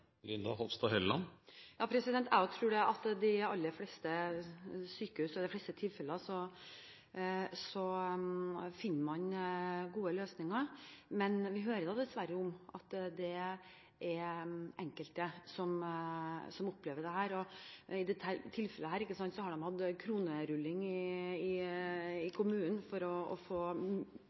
Jeg tror også at de aller fleste sykehus i de fleste tilfeller finner gode løsninger, men vi hører dessverre om at det er enkelte som opplever dette. I dette tilfellet har de hatt kronerulling i kommunen for at far skal få mulighet til å være sammen med mor. En kan bare tenke seg hvor forferdelig en sånn beskjed er å få,